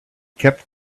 kept